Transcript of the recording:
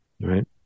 Right